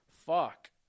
Fuck